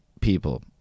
people